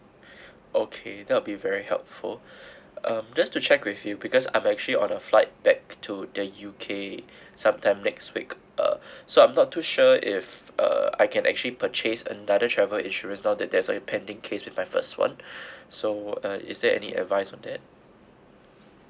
okay that will be very helpful um just to check with you because I'm actually on a flight back to the U_K sometime next week uh so I'm not too sure if uh I can actually purchase another travel insurance now that there's a pending case with my first one so uh is there any advice on that